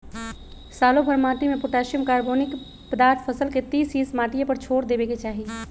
सालोभर माटिमें potassium, carbonic पदार्थ फसल के तीस हिस माटिए पर छोर देबेके चाही